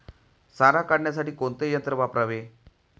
सारा काढण्यासाठी कोणते यंत्र वापरावे?